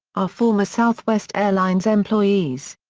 are former southwest airlines employees.